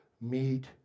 meet